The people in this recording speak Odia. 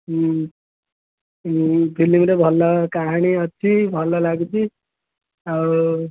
ଫିଲ୍ମରେ ଭଲ କାହାଣୀ ଅଛି ଭଲ ଲାଗୁଛି ଆଉ